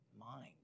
mind